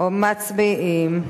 מצביעים.